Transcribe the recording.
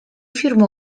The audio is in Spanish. firmó